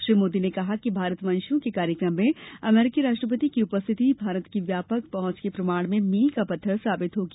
श्री मोदी ने कहा कि भारतवंशियों के कार्यक्रम में अमरीकी राष्ट्यंति की उपस्थिति भारत की व्यापक पहुंच के प्रमाण में मील का पत्थर साबित होगी